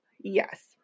yes